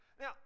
now